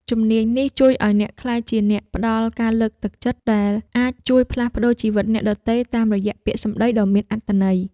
ជំនាញនេះជួយឱ្យអ្នកក្លាយជាអ្នកផ្ដល់ការលើកទឹកចិត្ត ដែលអាចជួយផ្លាស់ប្តូរជីវិតអ្នកដទៃតាមរយៈពាក្យសម្ដីដ៏មានអត្ថន័យ។